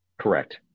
Correct